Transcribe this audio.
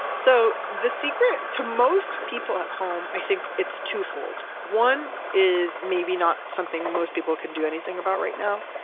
so the secret to most people at home, i think it's twofold. one is maybe not something most people can do anything about right now,